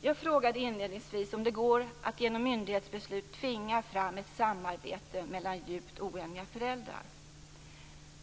Jag frågade inledningsvis om det går att genom myndighetsbeslut tvinga fram ett samarbete mellan djupt oeniga föräldrar.